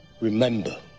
remember